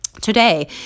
Today